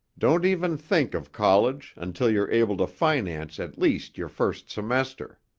don't even think of college until you're able to finance at least your first semester.